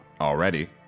already